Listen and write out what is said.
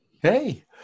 Hey